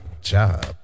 job